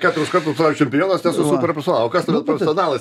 keturis kartus pasaulio čempionas nesu super profesionalas o kas tada profesionalas